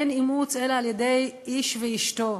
אין אימוץ אלא על-ידי איש ואשתו,